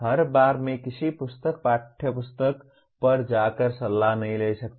हर बार मैं किसी पुस्तक पाठ्यपुस्तक पर जाकर सलाह नहीं ले सकता